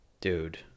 Dude